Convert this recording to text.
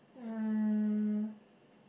um